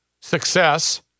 success